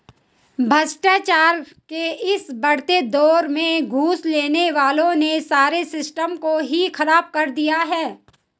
भ्रष्टाचार के इस बढ़ते दौर में घूस लेने वालों ने सारे सिस्टम को ही खराब कर दिया है